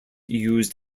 used